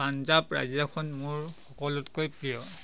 পঞ্জাব ৰাজ্যখন মোৰ সকলোতকৈ প্ৰিয়